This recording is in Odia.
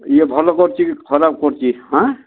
ଇଏ ଭଲ କରୁଛି କି ଖରାପ କରୁଛି ହାଁ